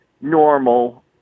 normal